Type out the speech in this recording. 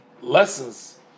lessons